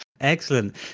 Excellent